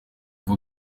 njye